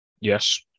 yes